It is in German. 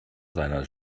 seiner